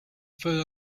felt